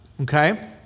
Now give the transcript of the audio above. Okay